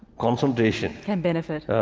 concentration. can benefit.